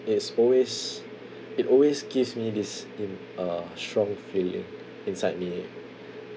it's always it always gives me this in uh strong feeling inside me